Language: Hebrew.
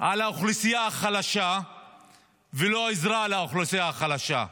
על האוכלוסייה החלשה ולא עוזר לאוכלוסייה החלשה.